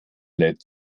lädt